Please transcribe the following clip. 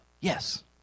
yes